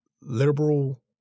liberal